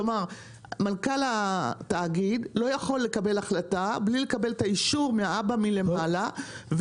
כלומר מנכ"ל התאגיד לא יכול לקבל החלטה בלי לקבל אישור מהאבא מלמעלה,